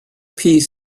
piece